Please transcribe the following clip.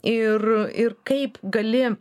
ir ir kaip gali